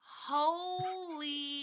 Holy